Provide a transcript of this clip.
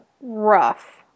rough